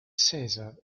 caesar